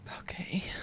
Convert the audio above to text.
Okay